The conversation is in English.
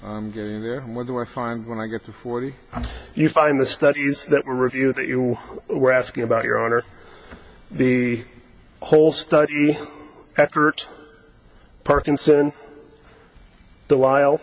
i'm getting there what do i find when i get to forty you find the studies that review that you were asking about your own or the whole study effort parkinson the